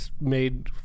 made